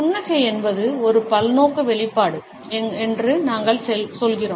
புன்னகை என்பது ஒரு பல்நோக்கு வெளிப்பாடு என்று நாங்கள் சொல்கிறோம்